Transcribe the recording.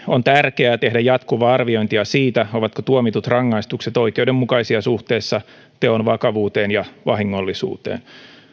on tärkeää tehdä jatkuvaa arviointia siitä ovatko tuomitut rangaistukset oikeudenmukaisia suhteessa teon vakavuuteen ja vahingollisuuteen